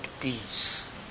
peace